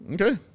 Okay